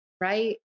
right